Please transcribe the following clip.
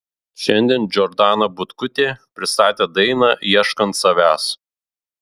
šiandien džordana butkutė pristatė dainą ieškant savęs